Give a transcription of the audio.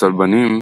הצלבנים,